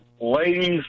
ladies